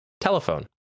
telephone